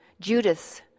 Judas